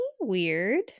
weird